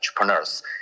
entrepreneurs